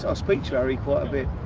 ah speak to harry quite a bit.